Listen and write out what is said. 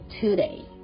today